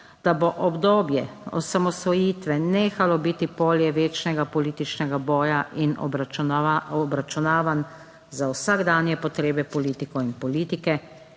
da bo obdobje osamosvojitve nehalo biti polje večnega političnega boja in obračunavanj za vsakdanje potrebe politikov in politike